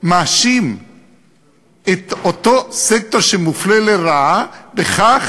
מאשים את אותו סקטור שמופלה לרעה בכך